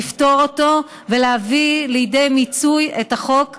לפתור ולהביא לידי מיצוי את חוק המרשמים,